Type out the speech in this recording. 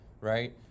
right